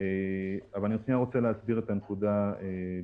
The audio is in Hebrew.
אני רוצה להסביר את הנקודה, ברשותך.